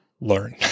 learn